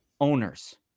owners